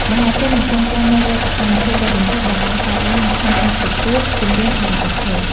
មហាជននឹងចងចាំនូវរាល់សកម្មភាពដ៏រំភើបដែលបានកើតឡើងនៅក្នុងការប្រកួតចម្រៀងខារ៉ាអូខេ។